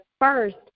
first